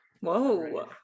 Whoa